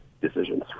decisions